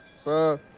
sir.